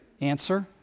Answer